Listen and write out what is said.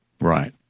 Right